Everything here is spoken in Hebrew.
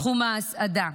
תחום ההסעדה.